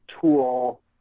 tool